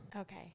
Okay